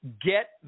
get